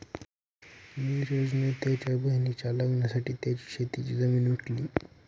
निरज ने त्याच्या बहिणीच्या लग्नासाठी त्याची शेतीची जमीन विकली